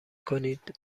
کنید